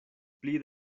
pli